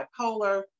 bipolar